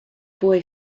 boy